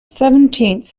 seventeenth